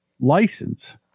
License